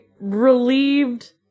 relieved